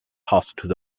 hostile